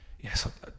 Yes